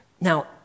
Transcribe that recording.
Now